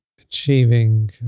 achieving